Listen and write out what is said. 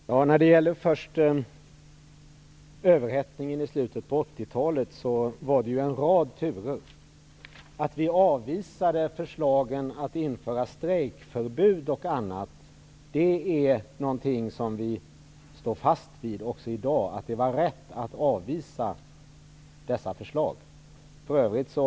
Fru talman! När det gäller överhettningen i slutet av 80-talet förekom det ju en rad turer. Vi avvisade förslagen om införande av strejkförbud t.ex., och det är något som vi står fast vid också i dag. Det var rätt att avvisa dessa förslag.